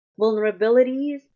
vulnerabilities